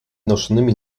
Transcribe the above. noszonymi